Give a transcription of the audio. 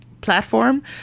platform